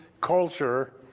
culture